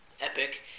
epic